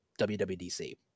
WWDC